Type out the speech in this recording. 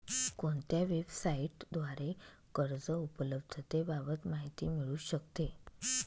कोणत्या वेबसाईटद्वारे कर्ज उपलब्धतेबाबत माहिती मिळू शकते?